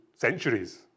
centuries